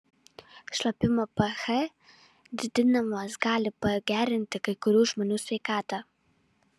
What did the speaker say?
šlapimo ph didinimas gali pagerinti kai kurių žmonių sveikatą